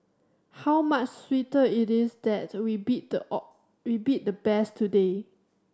how much sweeter it is that we beat the we beat the best today